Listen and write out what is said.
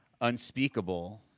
unspeakable